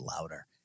louder